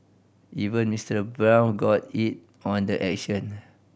even Mister Brown got in on the action